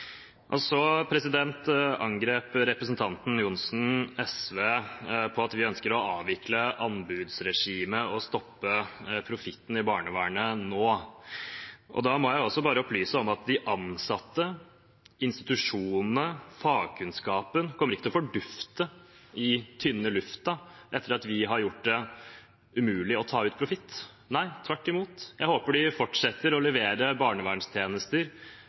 Så angrep representanten Ørmen Johnsen SV for at vi ønsker å avvikle anbudsregimet og stoppe profitten i barnevernet nå. Da må jeg også bare opplyse om at de ansatte, institusjonene, fagkunnskapen ikke kommer til å fordufte i løse luften etter at vi har gjort det umulig å ta ut profitt. Nei, tvert imot: Jeg håper de fortsetter å levere barnevernstjenester,